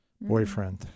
boyfriend